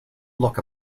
look